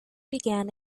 began